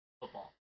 football